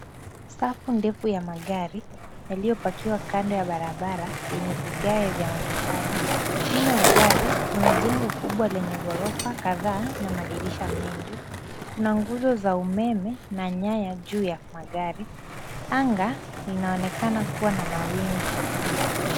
Safu ndefu ya magari yaliyopakiwa kando ya barabara yenye vigae vya matofali. Nyuma ya gari kuna jengo kubwa lenye ghorofa kadhaa na madirisha mengi. Kuna nguzo za umeme na nyaya juu ya magari, anga inaonekana kuwa na mawingu.